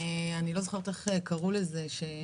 אני לא זוכרת איך קראו לזה.